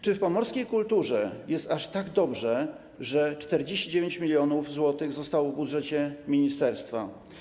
Czy w pomorskiej kulturze jest aż tak dobrze, że 49 mln zł zostało w budżecie ministerstwa?